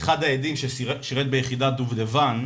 אחד העדים ששירת ביחידת דובדבן,